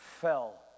fell